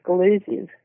exclusive